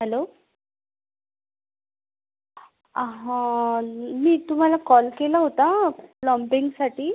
hello मी तुम्हाला call केला होता प्लम्पिंगसाठी